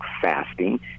fasting